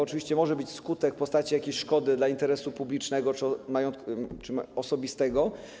Oczywiście może być skutek w postaci jakiejś szkody dla interesu publicznego czy osobistego.